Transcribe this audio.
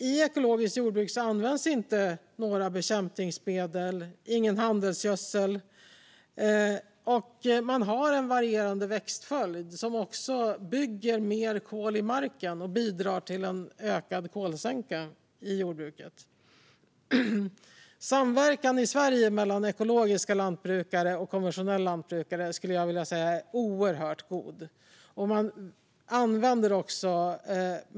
I ekologiskt jordbruk används varken bekämpningsmedel eller handelsgödsel, och man har en varierande växtföljd, vilket bygger mer kol i marken och bidrar till att göra jordbruket till en större kolsänka. Samverkan mellan ekologiska och konventionella lantbrukare i Sverige skulle jag säga är oerhört god.